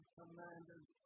commanded